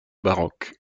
baroques